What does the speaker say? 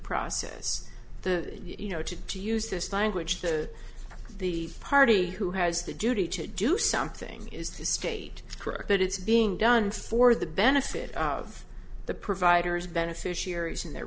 process the you know to to use this language to the party who has the duty to do something is the state correct but it's being done for the benefit of the providers beneficiaries and their